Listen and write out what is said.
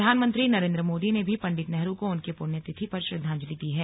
प्रधानमंत्री नरेन्द्र मोदी ने भी पंडित नेहरू को उनकी पुण्यतिथि पर श्रद्धांजलि दी है